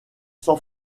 san